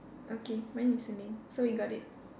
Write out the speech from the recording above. okay mine is standing so we got it